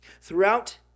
Throughout